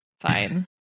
Fine